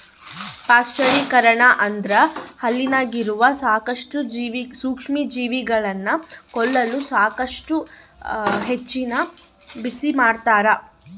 ಪಾಶ್ಚರೀಕರಣ ಅಂದ್ರ ಹಾಲಿನಾಗಿರೋ ಸೂಕ್ಷ್ಮಜೀವಿಗಳನ್ನ ಕೊಲ್ಲಲು ಸಾಕಷ್ಟು ಹೆಚ್ಚಿನ ಬಿಸಿಮಾಡ್ತಾರ